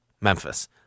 Memphis